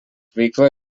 veikla